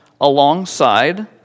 alongside